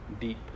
deep